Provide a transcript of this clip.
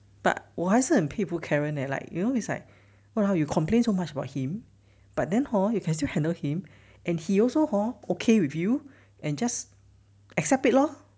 but 我还是很佩服 karen leh like you know it's like !walao! how you complain so much about him but then hor you can still handle him and he also hor okay with you and just accept it lor